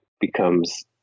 becomes